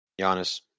Giannis